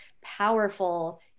powerful